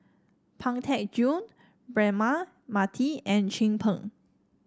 Pang Teck Joon Braema Mathi and Chin Peng